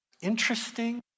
interesting